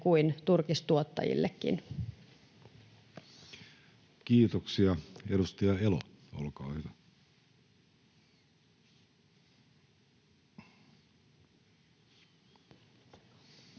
kuin turkistuottajillekin. Kiitoksia. — Edustaja Elo, olkaa hyvä.